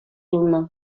юлнӑ